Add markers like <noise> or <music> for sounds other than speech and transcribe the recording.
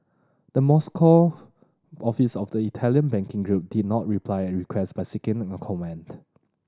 the Moscow office of the Italian banking group did not reply a request <unintelligible> seeking a comment